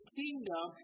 kingdom